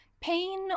pain